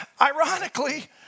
ironically